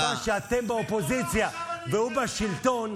זו הסיבה שאתם באופוזיציה והוא בשלטון,